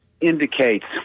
indicates